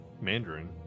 Mandarin